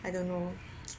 I don't know